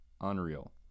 Unreal